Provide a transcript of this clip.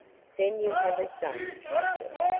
then you have a son, captain?